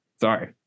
Sorry